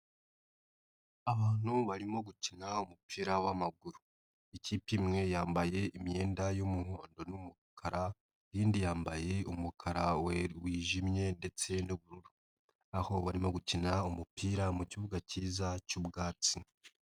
Abantu barimo gukina umupira w'amaguru, ikipe imwe yambaye imyenda y'umuhondo n'umukara, indi yambaye umukara wijimye ndetse n'ubururu, aho barimo gukina umupira mu kibuga cyiza cy'ubwatsi.